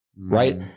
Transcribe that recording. Right